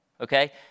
okay